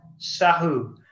Sahu